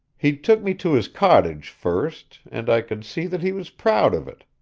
he took me to his cottage first, and i could see that he was proud of it.